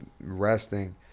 resting